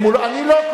לא, הוא לא מצביע נגד.